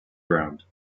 ground